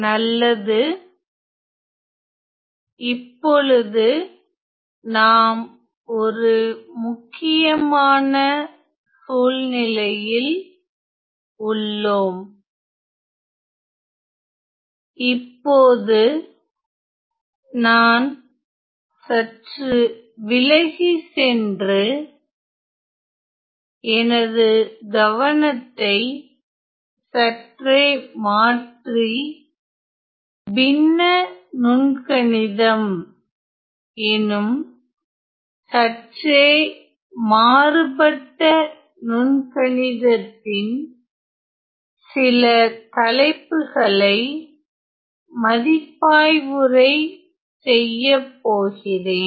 நல்லது இப்பொழுது நாம் ஒரு முக்கியமான சூழ்நிலையில் உள்ளோம் இப்போது நான் சற்று விலகி சென்று எனது கவனத்தை சற்றே மாற்றி பின்ன நுண்கணிதம் எனும் சற்றே மாறுபட்ட நுண்கணிதத்தின் சில தலைப்புகளை மதிப்பாய்வுரை செய்ய போகிறேன்